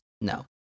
no